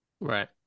Right